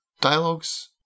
dialogues